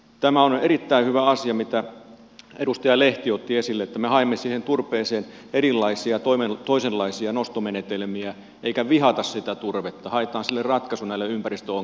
tämä on erittäin hyvä asia minkä edustaja lehti otti esille että me haemme siihen turpeeseen erilaisia ja toisenlaisia nostomenetelmiä eikä vihata sitä turvetta haetaan siihen ratkaisu näihin ympäristöongelmiin ja muihinkin